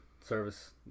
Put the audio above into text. service